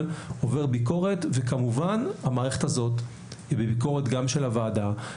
עובר ביקורת וכמובן המערכת הזאת בביקורת גם של הוועדה,